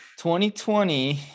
2020